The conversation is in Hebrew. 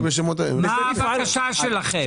מה הבקשה שלכם?